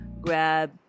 grab